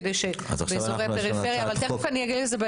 כדי שבאזורי הפריפריה תכף אני אגיע לזה,